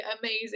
amazing